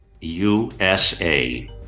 USA